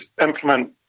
implement